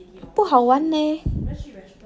不好玩 leh